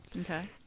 Okay